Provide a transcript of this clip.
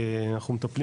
אנחנו מטפלים